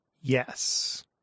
Yes